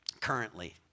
currently